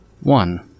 One